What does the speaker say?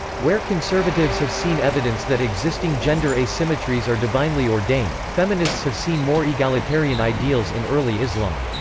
where conservatives have seen evidence that existing gender asymmetries are divinely ordained, feminists have seen more egalitarian ideals in early islam.